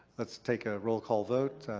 let's take a roll call vote.